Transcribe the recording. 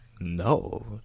No